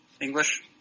English